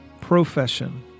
profession